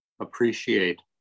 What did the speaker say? appreciate